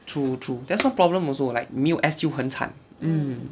true true that's why problem also 没有 s 就很惨 mm